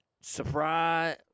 surprise